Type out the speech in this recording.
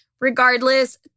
Regardless